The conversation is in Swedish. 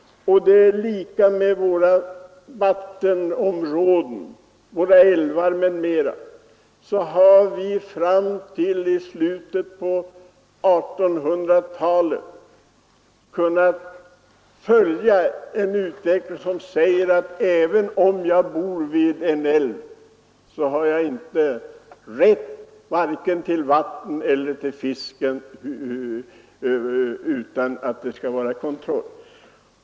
Det är samma sak med våra vattenområden, våra älvar, m.m. Vi har fram till slutet av 1800-talet kunnat följa en utveckling som inneburit att även om man bott vid en älv har man inte haft rätt vare sig till vattnet eller till fisken utan kontroll.